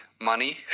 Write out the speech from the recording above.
money